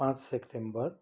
पाँच सेप्टेम्बर